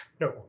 No